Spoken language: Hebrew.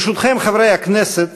ברשותכם, חברי הכנסת,